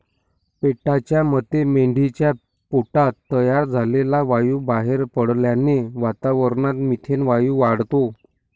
पेटाच्या मते मेंढीच्या पोटात तयार झालेला वायू बाहेर पडल्याने वातावरणात मिथेन वायू वाढतो